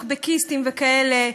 טוקבקיסטים וכאלה,